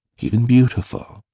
even beautiful.